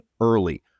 early